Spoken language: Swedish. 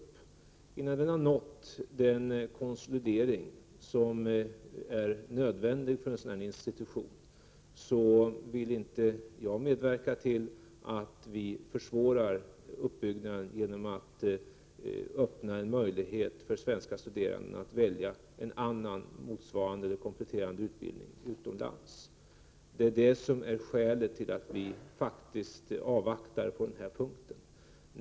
Innan utbildningen har nått den konsolidering som är nödvändig för en sådan institution, vill jag inte medverka till att vi försvårar uppbyggnaden genom att öppna en möjlighet för svenska studerande att välja en annan motsvarande eller kompletterande utbildning utomlands. Det är detta som är skälet till att vi faktiskt avvaktar på den punkten.